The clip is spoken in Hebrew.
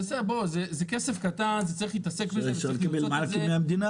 בוא, זה כסף קטן, צריך להתעסק בזה ולעשות את זה.